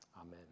Amen